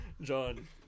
john